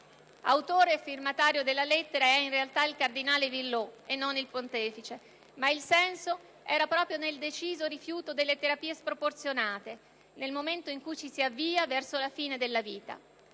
Autore e firmatario della lettera è, in realtà, il cardinale Villot e non il Pontefice. Ma il senso era proprio nel deciso rifiuto delle terapie sproporzionate nel momento in cui ci si avvia verso la fine della vita.